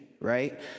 right